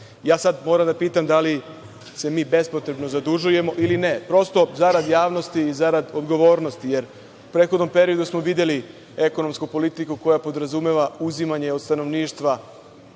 moram da pitam – da li se mi bespotrebno zadužujemo ili ne? Prosto zarad javnosti i odgovornosti jer u prethodnom periodu smo videli ekonomsku politiku koja podrazumeva uzimanje od stanovništva